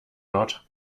not